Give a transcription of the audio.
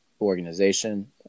organization